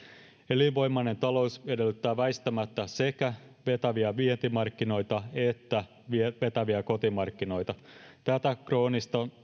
elinvoimainen talous edellyttää väistämättä sekä vetäviä vientimarkkinoita että vetäviä kotimarkkinoita tätä kroonista